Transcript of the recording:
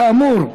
כאמור,